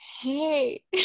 hey